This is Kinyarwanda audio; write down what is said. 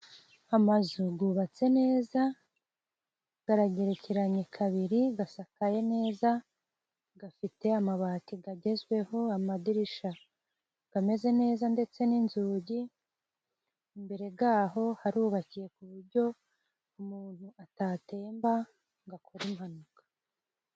Amazu gubatse neza garagerekeranye kabiri, gasakaye neza gafite amabati gagezweho, amadirisha gameze neza ndetse n'inzugi, imbere gaho harubakiye ku buryo umuntu atatemba ngo akora impanuka.